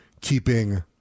keeping